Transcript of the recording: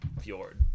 fjord